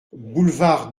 boulevard